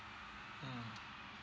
mm